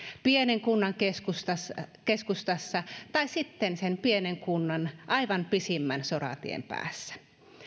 pienen kunnan keskustassa keskustassa tai sitten aivan sen pienen kunnan pisimmän soratien päässä